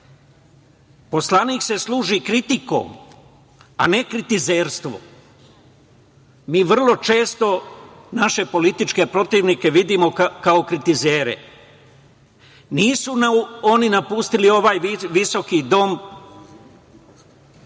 Srbije. Poslanik se služi kritikom, a ne kritizerstvom. Mi vrlo često naše političke protivnike vidimo kao kritizere. Nisu oni napustili ovaj visoki dom